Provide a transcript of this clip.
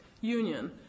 union